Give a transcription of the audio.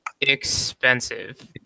expensive